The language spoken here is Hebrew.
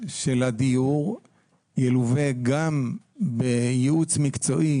של הדיור ילווה גם בייעוץ מקצועי